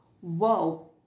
whoa